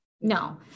no